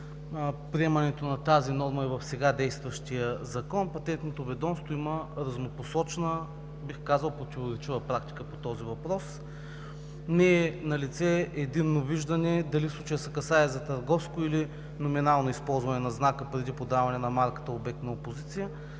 приемането на тази норма и в сега действащия закон Патентното ведомство има разнопосочна, бих казал, противоречива практика по този въпрос. Не е налице единно виждане дали в случая се касае за търговско или номинално използване на знака преди подаване на марката, обект на опозиция,